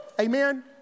Amen